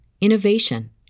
innovation